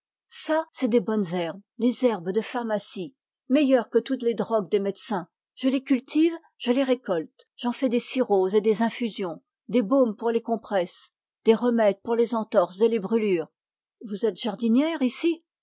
ça c'est des bonnes herbes des herbes de pharmacie meilleures que toutes les drogues des médecins je les cultive je les récolte j'en fais des sirops et des infusions des baumes pour les compresses des remèdes pour les entorses et les brûlures vous êtes jardinière ici